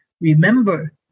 Remember